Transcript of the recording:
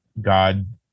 god